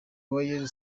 uwayezu